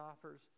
offers